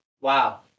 wow